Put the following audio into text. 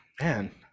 man